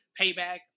payback